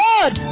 God